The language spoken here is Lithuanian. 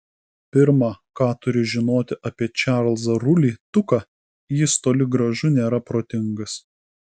pirma ką turi žinoti apie čarlzą rulį tuką jis toli gražu nėra protingas